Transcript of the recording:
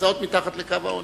נמצאות מתחת לקו העוני.